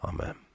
Amen